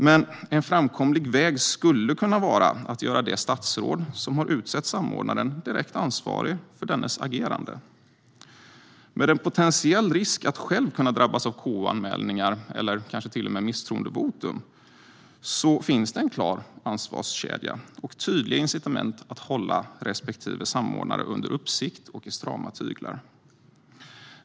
Men en framkomlig väg skulle kunna vara att göra det statsråd som har utsett samordnaren direkt ansvarig för dennes agerande. Med en potentiell risk att själv kunna drabbas av KU-anmälningar eller kanske till och med misstroendevotum finns en klar ansvarskedja och tydliga incitament att hålla respektive samordnare under uppsikt och i strama tyglar.